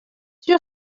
sûr